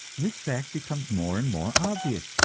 this fact becomes more and more obvious,